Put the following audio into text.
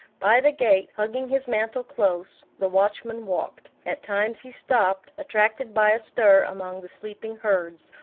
by the gate, hugging his mantle close, the watchman walked at times he stopped attracted by a stir among the sleeping herds,